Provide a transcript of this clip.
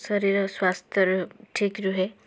ଶରୀର ସ୍ୱାସ୍ଥରେ ଠିକ୍ ରୁହେ